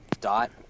dot